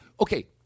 Okay